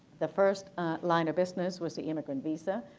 the first line of business with the immigrant visa.